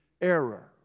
error